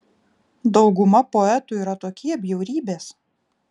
dauguma poetų yra tokie bjaurybės